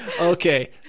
Okay